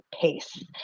pace